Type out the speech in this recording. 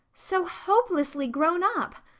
so hopelessly grown up.